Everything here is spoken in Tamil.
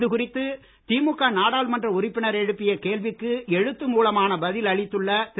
இது குறித்து திமுக நாடாளுமன்ற உறுப்பினர் எழுப்பிய கேள்விக்கு எழுத்து மூலமாக பதில் அளித்துள்ள திரு